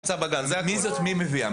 מי מביאה?